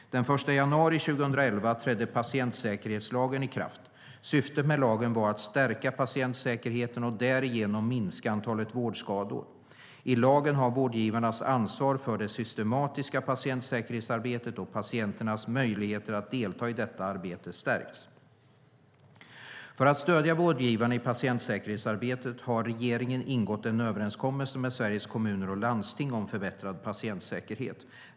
Den 1 januari 2011 trädde patientsäkerhetslagen i kraft. Syftet med lagen var att stärka patientsäkerheten och därigenom minska antalet vårdskador. I lagen har vårdgivarnas ansvar för det systematiska patientsäkerhetsarbetet och patienternas möjligheter att delta i detta arbete stärkts. För att stödja vårdgivarna i patientsäkerhetsarbete har regeringen ingått en överenskommelse med Sveriges Kommuner och Landsting om förbättrad patientsäkerhet.